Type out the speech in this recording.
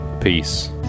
Peace